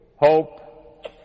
hope